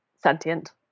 Sentient